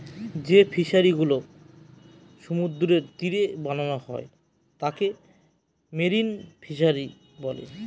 যে ফিশারিগুলা সমুদ্রের তীরে বানানো হয় তাকে মেরিন ফিশারী বলে